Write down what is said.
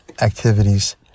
activities